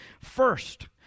first